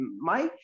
Mike